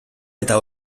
eta